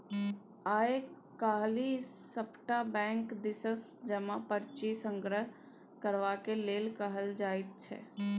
आय काल्हि सभटा बैंक दिससँ जमा पर्ची संग्रह करबाक लेल कहल जाइत छै